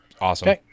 awesome